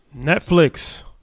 Netflix